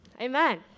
Amen